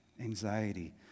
anxiety